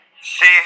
see